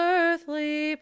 earthly